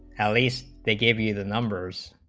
alleys they give you the numbers,